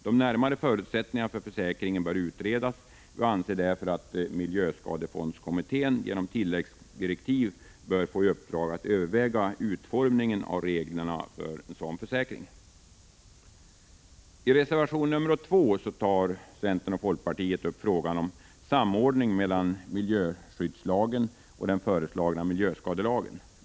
De närmare förutsättningarna för försäkringen bör utredas, och vi anser därför att miljöskadefondskommittén genom tilläggsdirektiv bör få i uppdrag att överväga utformningen av reglerna för en sådan försäkring. I reservation 2 tar centern och folkpartiet upp frågan om samordning mellan miljöskyddslagen och den föreslagna miljöskadelagen.